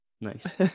Nice